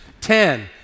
Ten